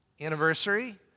anniversary